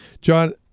John